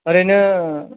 ओरैनो